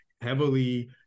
heavily